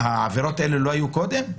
העבירות האלה לא היו קודם?